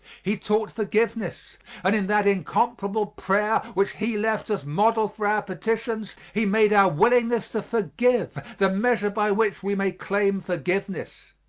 he taught forgiveness and in that incomparable prayer which he left as model for our petitions, he made our willingness to forgive the measure by which we may claim forgiveness.